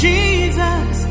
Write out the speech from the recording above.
Jesus